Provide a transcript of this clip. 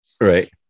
Right